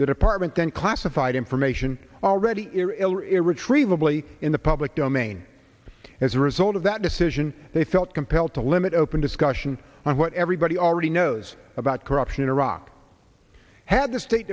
that apartment then classified information already irretrievably in the public domain as a result of that decision they felt compelled to limit open discussion on what everybody already knows about corruption in iraq had the state